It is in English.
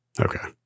Okay